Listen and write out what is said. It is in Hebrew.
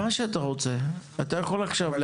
נשמע את